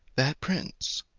that prince,